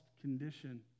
condition